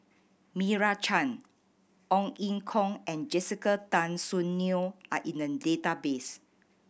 Meira Chand Ong Ye Kung and Jessica Tan Soon Neo are in the database